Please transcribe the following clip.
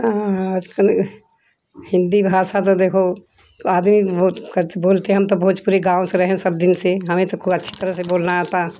आज कल हिन्दी भाषा तो देखों आदमी बहुत कुछ बोलते है हम तो भोजपुरी गाँव से रहे हैं सब दिन सें हमें तो को अच्छी तरह से बोलना आता